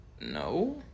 No